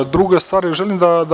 Druga stvar, želim da